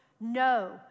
no